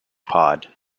pod